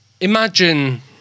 Imagine